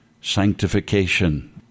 Sanctification